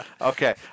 Okay